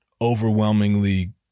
overwhelmingly